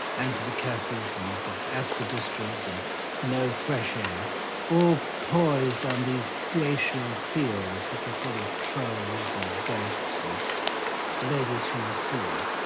antimacassars and aspidistras and no fresh air all poised on these glacial fjords which are full of trolls and ghosts and ladies from the sea.